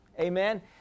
Amen